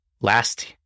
last